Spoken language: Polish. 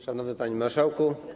Szanowny Panie Marszałku!